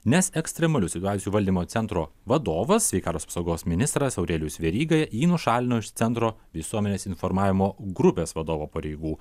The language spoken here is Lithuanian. nes ekstremalių situacijų valdymo centro vadovas sveikatos apsaugos ministras aurelijus veryga jį nušalino iš centro visuomenės informavimo grupės vadovo pareigų